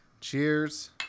cheers